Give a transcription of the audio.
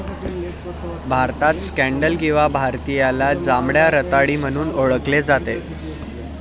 भारतात स्कँडल किंवा भारतीयाला जांभळ्या रताळी म्हणून ओळखले जाते